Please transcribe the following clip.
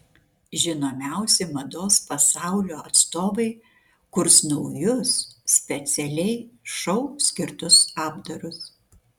žinomiausi mados pasaulio atstovai kurs naujus specialiai šou skirtus apdarus